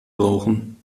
brauchen